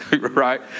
right